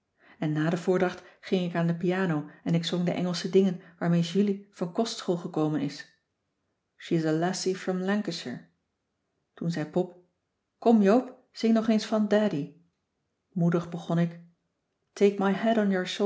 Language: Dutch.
en na de voordracht ging ik aan de piano en ik zong de engelsche dingen waarmee julie van kostschool gekomen is she is a lassie from lancashire toen zei pop kom joop zing nog eens van daddy moedig begon ik